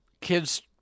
kids